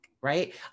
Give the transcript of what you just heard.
right